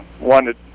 Wanted